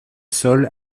sols